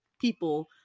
people